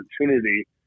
opportunity